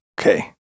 Okay